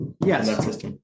Yes